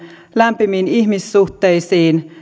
lämpimiin ihmissuhteisiin